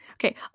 Okay